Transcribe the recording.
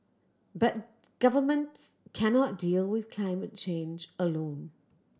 but governments can not deal with climate change alone